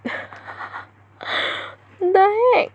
the heck